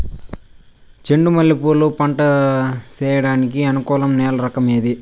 చెండు మల్లె పూలు పంట సేయడానికి అనుకూలం నేల రకం ఏది